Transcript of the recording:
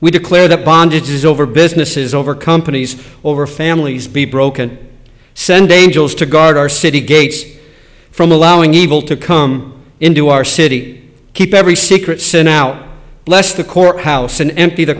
we declare the bondage is over business is over companies over families be broken send angels to guard our city gates from allowing evil to come into our city keep every secret sin out bless the courthouse and empty the